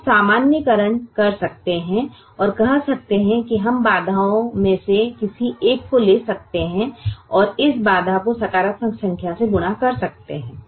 हम अब सामान्यीकरण कर सकते हैं और कह सकते हैं कि हम बाधाओं में से किसी एक को ले सकते हैं और इस बाधा को सकारात्मक संख्या से गुणा कर सकते हैं